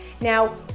Now